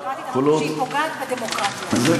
לא אמרנו שהיא לא דמוקרטית אלא שהיא פוגעת בדמוקרטיה רגע,